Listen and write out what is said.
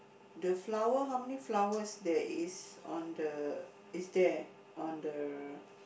the flower how many flowers there is on the is there on the